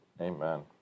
Amen